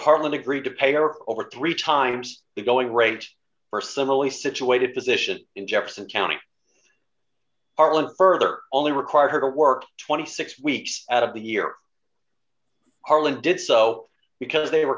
hardly agreed to pay or over three dollars times the going rate for similarly situated position in jefferson county arlen further only required her to work twenty six weeks out of the year harland did so because they were